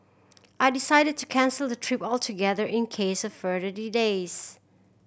I decided to cancel the trip altogether in case of further delays